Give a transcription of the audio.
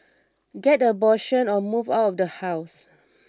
get an abortion or move out of the house